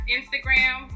Instagram